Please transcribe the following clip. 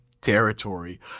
territory